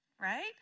Right